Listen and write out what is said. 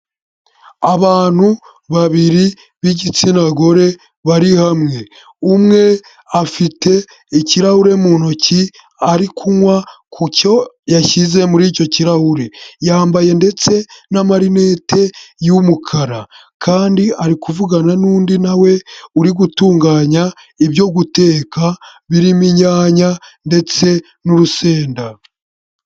Abantu babiri b'igitsina gore bari hamwe umwe afite ikirahure mu ntoki ari kunywa ku cyo yashyize muri icyo kirahure yambaye ndetse n'amarineti y'umukara kandi ari kuvugana n'undi nawe uri gutunganya ibyo guteka birimo inyanya ndetse n'urusenda.